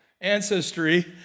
ancestry